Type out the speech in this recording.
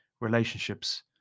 relationships